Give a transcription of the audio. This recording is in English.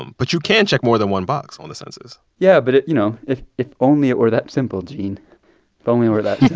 um but you can check more than one box on the census yeah. but it you know, if if only it were that simple, gene. if only it were that